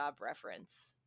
reference